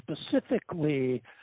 specifically